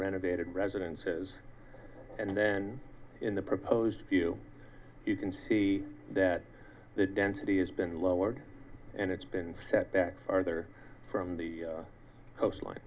renovated residences and then in the proposed view you can see that the density has been lowered and it's been set back farther from the coastline